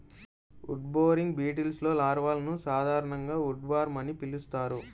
wood boring బీటిల్స్లో లార్వాలను సాధారణంగా ఉడ్వార్మ్ అని పిలుస్తారు